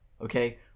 Okay